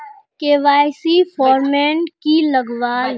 KYC format की लगावल?